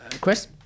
Chris